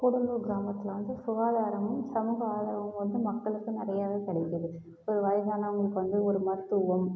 கூடலூர் கிராமத்தில் வந்து சுகாதாரமும் சமுக ஆதரவும் வந்து மக்களுக்கு நிறையாவே கிடைக்கிது இப்போ வயதானவங்களுக்கு வந்து ஒரு மருத்துவம்